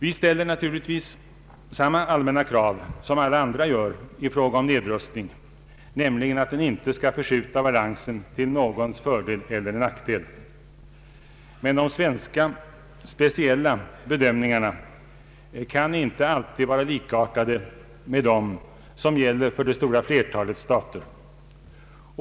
Vi ställer naturligtvis samma allmän na krav som alla andra i fråga om nedrustning, nämligen att den inte skall förskjuta balansen till någons fördel eller nackdel. Men de svenska speciella bedömningarna kan inte alltid vara likartade med dem som gäller för det stora flertalet stater.